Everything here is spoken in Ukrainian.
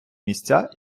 місця